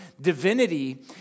divinity